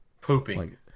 pooping